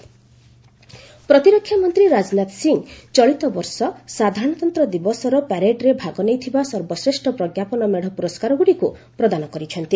ରାଜନାଥ ଟାବ୍ଲ୍ୟୁ ପ୍ରତିରକ୍ଷା ମନ୍ତ୍ରୀ ରାଜନାଥ ସିଂହ ଚଳିତ ବର୍ଷ ସାଧାରଣତନ୍ତ୍ର ଦିବସର ପ୍ୟାରେଡ୍ରେ ଭାଗ ନେଇଥିବା ସର୍ବଶ୍ରେଷ୍ଠ ପ୍ରଜ୍ଞାପନ ମେଢ଼ ପୁରସ୍କାରଗୁଡ଼ିକୁ ପ୍ରଦାନ କରିଛନ୍ତି